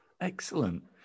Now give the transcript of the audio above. Excellent